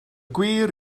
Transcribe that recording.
gwir